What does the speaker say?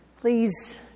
please